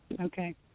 Okay